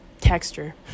texture